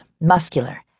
muscular